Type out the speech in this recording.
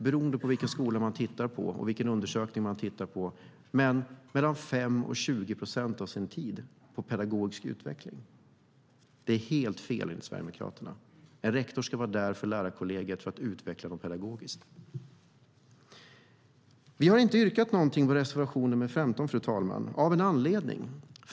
Beroende på vilken skola och vilken undersökning vi tittar på lägger rektorerna enbart 5-20 procent av sin tid på pedagogisk utveckling. Det är helt fel enligt Sverigedemokraterna. En rektor ska finnas där för lärarkollegiet för att utveckla det pedagogiskt. Fru talman! Vi yrkar inte bifall till reservation nr 15 av en anledning.